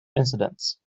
incidents